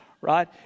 right